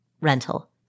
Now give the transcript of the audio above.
rental